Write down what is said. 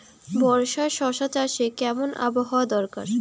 বর্ষার শশা চাষে কেমন আবহাওয়া দরকার?